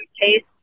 taste